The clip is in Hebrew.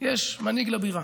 יש מנהיג לבירה,